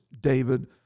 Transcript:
David